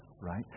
right